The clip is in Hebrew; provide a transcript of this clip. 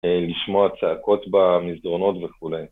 לשמוע צעקות במסדרונות וכולי.